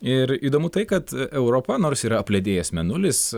ir įdomu tai kad europa nors yra apledėjęs mėnulis